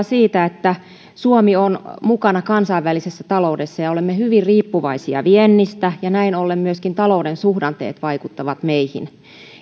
siitä että suomi on mukana kansainvälisessä taloudessa ja olemme hyvin riippuvaisia viennistä ja että näin ollen myöskin talouden suhdanteet vaikuttavat meihin